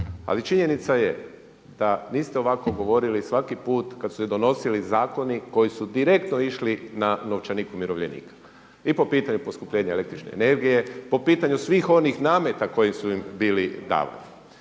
Ali činjenica je da niste ovako govorili svaki put kad su se donosili zakoni koji su direktno išli na novčanik umirovljenika i po pitanju poskupljenja električne energije, po pitanju svih onih nameta koji su im bili davani.